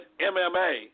MMA